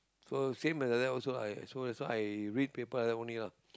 so same that like that I also also I read paper only lah